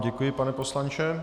Děkuji vám, pane poslanče.